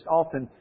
often